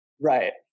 Right